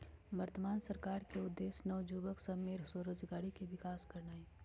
वर्तमान सरकार के उद्देश्य नओ जुबक सभ में स्वरोजगारी के विकास करनाई हई